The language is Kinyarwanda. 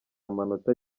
amanota